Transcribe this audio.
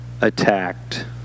attacked